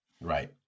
Right